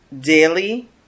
daily